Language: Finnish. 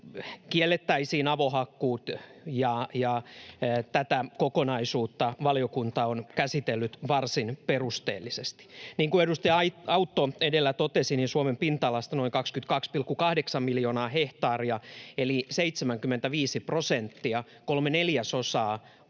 kiellettäisiin avohakkuut, ja tätä kokonaisuutta valiokunta on käsitellyt varsin perusteellisesti. Niin kuin edustaja Autto edellä totesi, niin Suomen pinta-alasta noin 22,8 miljoonaa hehtaaria eli 75 prosenttia, kolme neljäsosaa, on